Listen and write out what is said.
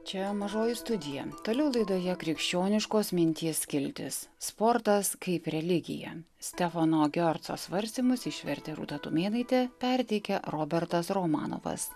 čia mažoji studija toliau laidoje krikščioniškos minties skiltis sportas kaip religija stefano giorco svarstymus išvertė rūta tumėnaitė perteikia robertas romanovas